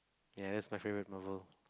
ya that's my favorite Marvel